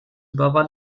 über